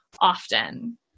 often